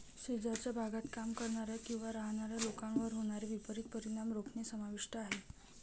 शेजारच्या भागात काम करणाऱ्या किंवा राहणाऱ्या लोकांवर होणारे विपरीत परिणाम रोखणे समाविष्ट आहे